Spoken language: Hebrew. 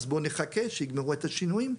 אז בואו נחכה שיגמרו את השינויים.